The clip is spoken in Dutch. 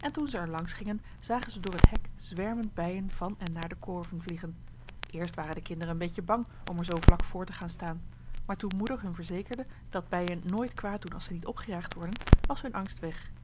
en toen ze er langs gingen zagen ze door het hek zwermen bijen van en naar de korven vliegen eerst waren de kinderen een beetje bang om er zoo vlak voor te gaan staan maar toen moeder hun verzekerde dat bijen nooit kwaad doen als ze niet opgejaagd worden was hun angst weg